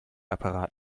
apparat